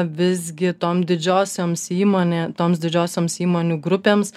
visgi tom didžiosioms įmonė toms didžiosioms įmonių grupėms